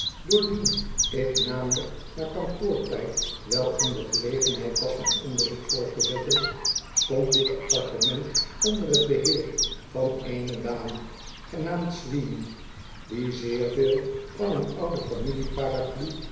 doordien ik namelijk na kantoortijd wel in de gelegenheid was mijn onderzoek voort te zetten stond dit appartement onder t beheer van eene dame genaamd sweeney die zeer veel van een oude familie paraplu